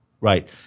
Right